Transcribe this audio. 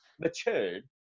matured